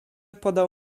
podał